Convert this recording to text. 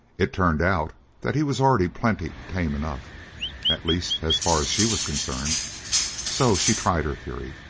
it turned out that he was already plenty tame enough at least as far as she was concerned so she tried her theory,